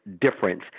difference